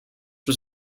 was